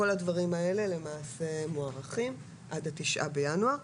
כל הדברים האלה מוארכים עד ה-9 בינואר.